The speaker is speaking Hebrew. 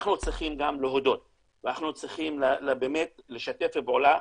אנחנו צריכים גם להודות ואנחנו צריכים באמת לשתף פעולה,